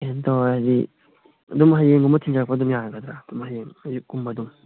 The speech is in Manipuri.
ꯀꯩꯅꯣ ꯇꯧꯔꯗꯤ ꯑꯗꯨꯝ ꯍꯌꯦꯡꯒꯨꯝꯕ ꯊꯤꯖꯔꯛꯄ ꯑꯗꯨꯝ ꯌꯥꯒꯗ꯭ꯔꯥ ꯑꯗꯨꯝ ꯍꯌꯦꯡ ꯑꯌꯨꯛꯀꯨꯝꯕ ꯑꯗꯨꯝ